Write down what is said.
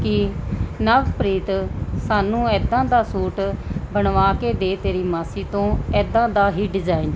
ਕਿ ਨਵਪ੍ਰੀਤ ਸਾਨੂੰ ਇੱਦਾਂ ਦਾ ਸੂਟ ਬਣਵਾ ਕੇ ਦੇ ਤੇਰੀ ਮਾਸੀ ਤੋਂ ਇੱਦਾਂ ਦਾ ਹੀ ਡਿਜ਼ਾਇਨ